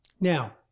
Now